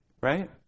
Right